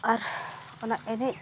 ᱟᱨ ᱚᱱᱟ ᱮᱱᱮᱡᱽ